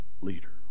leader